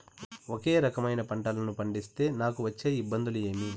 ఒకే రకమైన పంటలని పండిస్తే నాకు వచ్చే ఇబ్బందులు ఏమి?